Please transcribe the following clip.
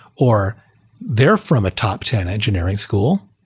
or they're from a top ten engineering school,